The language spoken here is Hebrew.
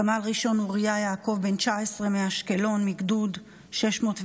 סמל ראשון אוריה יעקב, בן 19 מאשקלון, מגדוד 614,